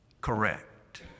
Correct